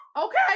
okay